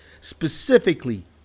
specifically